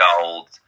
Gold